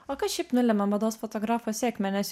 o kas šiaip nulemia mados fotografo sėkmę nes